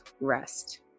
rest